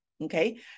okay